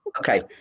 Okay